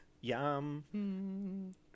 Yum